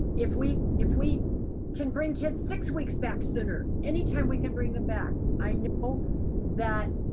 if we if we can bring kids six weeks back sooner, anytime we can bring them back, i know that